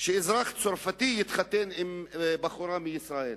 שאזרח צרפתי יתחתן עם בחורה מישראל,